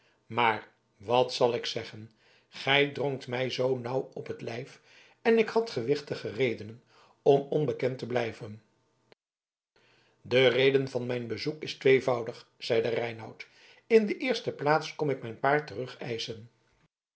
maar wat zal ik zeggen gij drongt mij zoo nauw op t lijf en ik had gewichtige redenen om onbekend te blijven de reden van mijn bezoek is tweevoudig zeide reinout in de eerste plaats kom ik mijn paard